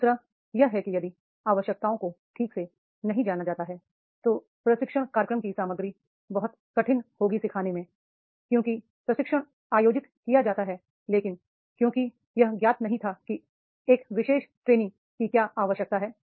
दू सरा यह है कि यदि आवश्यकताओं को ठीक से नहीं जाना जाता है तो प्रशिक्षण कार्यक्रम की सामग्री बहुत कठिन होगी सिखाने में क्योंकि प्रशिक्षण आयोजित किया जा सकता है लेकिन क्योंकि यह ज्ञात नहीं था कि एक विशेष ट्रेनी की क्या आवश्यकता है